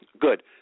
Good